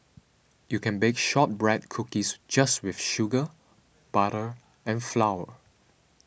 you can bake Shortbread Cookies just with sugar butter and flour